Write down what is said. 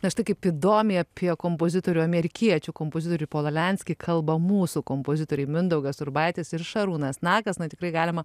na štai kaip įdomiai apie kompozitorių amerikiečių kompozitorių polą lianskį kalba mūsų kompozitoriai mindaugas urbaitis ir šarūnas nakas na tikrai galima